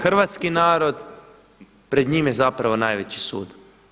Hrvatski narod pred njim je zapravo najveći sud.